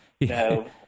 No